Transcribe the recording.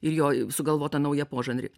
ir jo sugalvotą naują požanrį